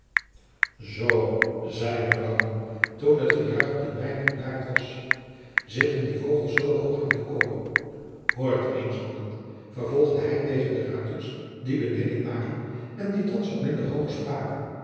zoo zeide de baron toen het gejuich een weinig bedaard was zitten die vogels zoo hoog in de kooi hoort eens mannen vervolgde hij tegen de ruiters die beneden waren en die thands wat minder hoog spraken